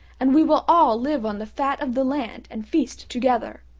and we will all live on the fat of the land and feast together.